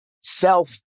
self